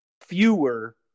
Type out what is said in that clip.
fewer